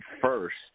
first